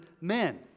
men